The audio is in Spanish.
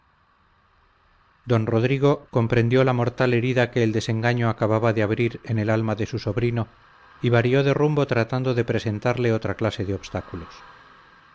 don rodrigo comprendió la mortal herida que el desengaño acababa de abrir en el alma de su sobrino y varió de rumbo tratando de presentarle otra clase de obstáculos